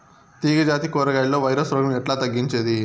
తీగ జాతి కూరగాయల్లో వైరస్ రోగం ఎట్లా తగ్గించేది?